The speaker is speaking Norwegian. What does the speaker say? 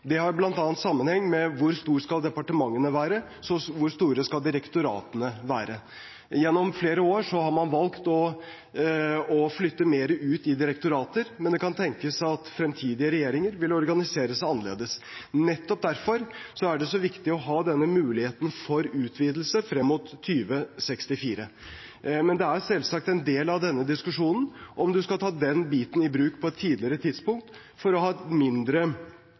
Det har bl.a. sammenheng med hvor store departementene skal være, og hvor store direktoratene skal være. Gjennom flere år har man valgt å flytte mer ut i direktorater, men det kan tenkes at fremtidige regjeringer vil organisere seg annerledes. Nettopp derfor er det så viktig å ha denne muligheten for utvidelse frem mot 2064. En del av denne diskusjonen er selvsagt om man skal ta den biten i bruk på et tidligere tidspunkt for å ha en mindre